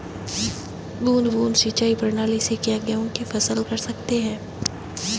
बूंद बूंद सिंचाई प्रणाली से क्या गेहूँ की फसल कर सकते हैं?